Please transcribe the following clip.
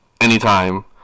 anytime